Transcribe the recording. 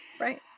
Right